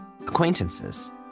Acquaintances